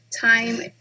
time